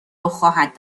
خواهد